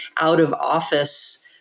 out-of-office